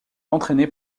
entraînée